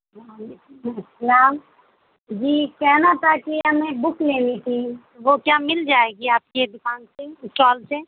وعلیکم السلام جی کہنا تھا کہ ہمیں بک لینی تھی وہ کیا مل جائے گی آپ کی دوکان سے اسٹال سے